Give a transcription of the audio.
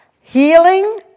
Healing